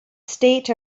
state